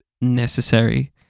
necessary